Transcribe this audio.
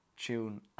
tune